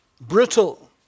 brutal